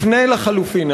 לפני לחלופין.